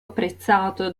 apprezzato